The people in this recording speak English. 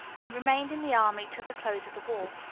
and remained in the army till the close of the war.